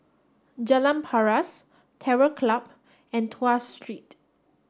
Jalan Paras Terror Club and Tuas Street